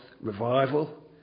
revival